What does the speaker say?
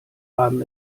haben